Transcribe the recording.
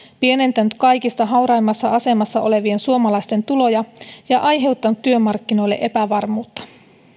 pienentänyt kaikista hauraimmassa asemassa olevien suomalaisten tuloja ja aiheuttanut työmarkkinoille epävarmuutta